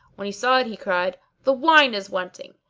when he saw it he cried, the wine is wanting,